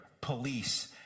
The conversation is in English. police